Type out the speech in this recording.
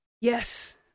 yes